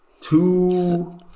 two